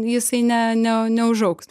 jisai ne ne neužaugs